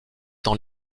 dans